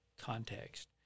context